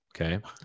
Okay